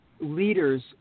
Leaders